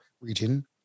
region